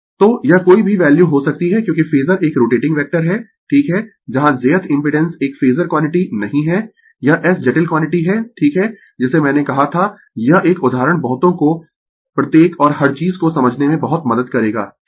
तो यह कोई भी वैल्यू हो सकती है क्योंकि फेजर एक रोटेटिंग वेक्टर है ठीक है जहां jth इम्पिडेंस एक फेजर क्वांटिटी नहीं है यह s जटिल क्वांटिटी है ठीक है जिसे मैंने कहा था यह एक उदाहरण बहुतों को प्रत्येक और हर चीज को समझने में बहुत मदद करेगा ठीक है